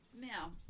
Now